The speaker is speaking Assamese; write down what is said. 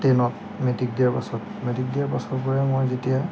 টেনত মেট্ৰিক দিয়াৰ পাছত মেট্ৰিক দিয়াৰ পাছৰ পৰাই মই যেতিয়া